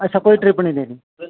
अच्छा कोई ट्रिप निं देनी